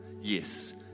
Yes